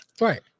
Right